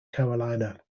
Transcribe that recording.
carolina